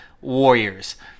warriors